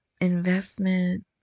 investment